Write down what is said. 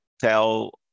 tell